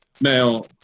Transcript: Now